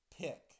pick